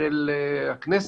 של הכנסת,